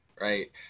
Right